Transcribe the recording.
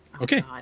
Okay